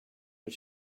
but